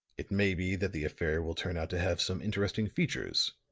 it may be that the affair will turn out to have some interesting features,